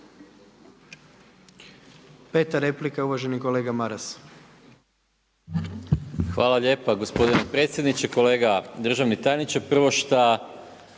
Peta replika uvaženi kolega Maras. **Maras, Gordan (SDP)** Hvala lijepa gospodine predsjedniče. Kolega državni tajniče,